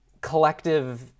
collective